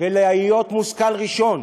ולהיות מושכל ראשון.